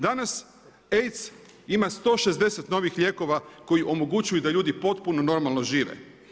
Danas AIDS ima 160 novih lijekova koji omogućuju da ljudi potpuno normalno žive.